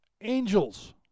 angels